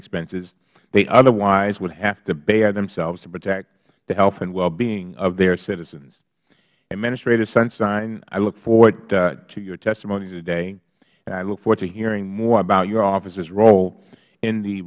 expenses they otherwise would have to bear themselves to protect the health and well being of their citizens administrator sunstein i look forward to your testimony today and i look forward to hearing more about your office's role in the